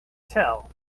tell